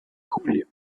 julio